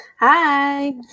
Hi